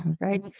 right